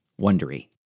wondery